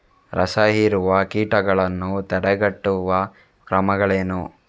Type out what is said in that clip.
ರಸಹೀರುವ ಕೀಟಗಳನ್ನು ತಡೆಗಟ್ಟುವ ಕ್ರಮಗಳೇನು?